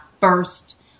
first